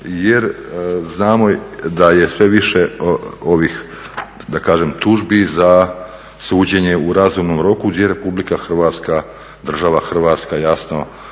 jer znamo da je sve više ovih tužbi za suđenje u razumnom roku gdje je Republika Hrvatska, država Hrvatska putem